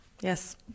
Yes